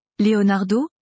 Leonardo